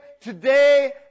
today